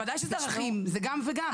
בוודאי שזה ערכים, זה גם וגם.